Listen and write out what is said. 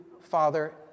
father